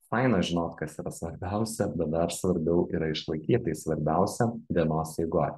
faina žinot kas yra svarbiausia bet dar svarbiau yra išlaikyt tai svarbiausia dienos eigoj